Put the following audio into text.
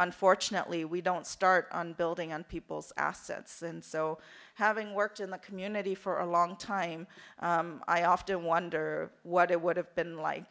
unfortunately we don't start on building on people's assets and so having worked in the community for a long time i often wonder what it would have been like